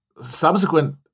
subsequent